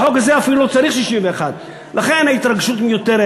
בחוק הזה אפילו לא צריך 61. לכן, ההתרגשות מיותרת.